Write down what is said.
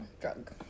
drug